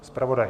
Zpravodaj.